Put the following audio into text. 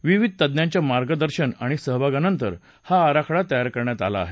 विविध तज्ञांच्या मार्गदर्शन आणि सहभागानंतर हा आराखडा तयार करण्यात आला आहे